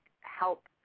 help